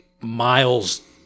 miles